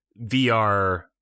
VR